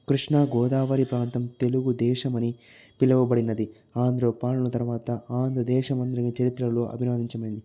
కృష్ణ గోదావరి ప్రాంతం తెలుగు దేశం అని పిలవబడినది ఆంధ్రుల పాలన తరువాత ఆంధ్ర దేశం అని చరిత్రలో అభివర్ణించబడింది